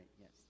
Yes